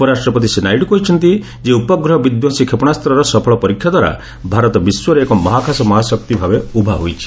ଉପରାଷ୍ଟ୍ରପତି ଶ୍ରୀ ନାଇଡୁ କହିଛନ୍ତି ଯେ ଉପଗ୍ରହ ବିଧ୍ୱଂସୀ କ୍ଷେପଣାସ୍ତ୍ରର ସଫଳ ପରୀକ୍ଷା ଦ୍ୱାରା ଭାରତ ବିଶ୍ୱରେ ଏକ ମହାକାଶ ମହାଶକ୍ତି ଭାବେ ଉଭା ହୋଇଛି